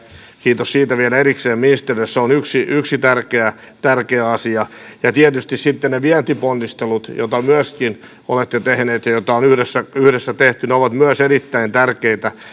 kiitos siitä vielä erikseen ministerille on yksi yksi tärkeä tärkeä asia ja tietysti sitten ne vientiponnistelut joita myöskin olette tehnyt ja joita on yhdessä yhdessä tehty ovat myös erittäin tärkeitä